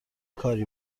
کاری